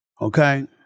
Okay